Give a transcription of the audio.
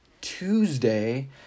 Tuesday